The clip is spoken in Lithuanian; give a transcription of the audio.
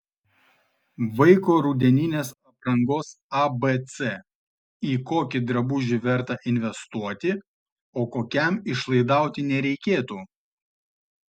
vaiko rudeninės aprangos abc į kokį drabužį verta investuoti o kokiam išlaidauti nereikėtų